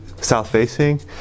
south-facing